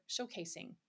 showcasing